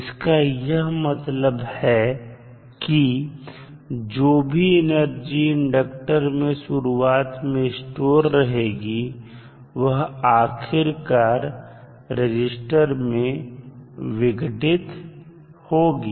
जिसका यह मतलब है कि जो भी एनर्जी इंडक्टर में शुरुआत में स्टोर रहेगी वह आखिरकार रजिस्टर में विघटित होगी